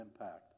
impact